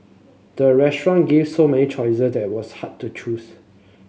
the restaurant gave so many choices that was hard to choose